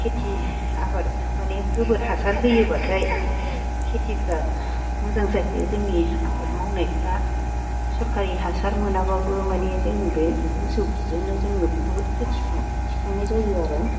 खेथि आबाद माने गोबोर हासार होयोब्लाथाय खेथिफ्रा मोजां जायो जोंनि आबाद मावनायफ्रा सरखारि हासार मोनाब्लाबो माने जोंनि बे मोसौ खिजोंनो जोङो बुहुद खेथिखौ थिखांनाय जायो आरो